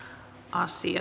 asia